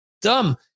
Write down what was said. dumb